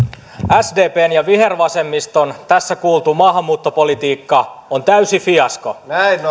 sdpn ja vihervasemmiston tässä kuultu maahanmuuttopolitiikka on täysi fiasko